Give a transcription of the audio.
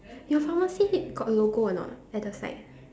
your pharmacy head got logo or not at the side